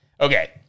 Okay